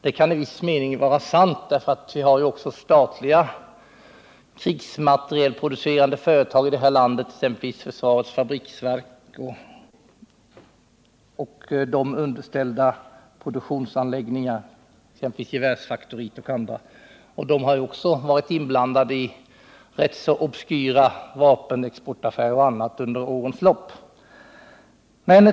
Det kan i viss mening vara sant. Vi har ju nämligen också statliga krigsmaterielproducerande företag i det här landet, exempelvis förenade fabriksverken och det underställda produktionsanläggningar, bland dem Gevärsfaktoriet. De har också varit inblandade i rätt obskyra vapenexportaffärer och annat under årens lopp.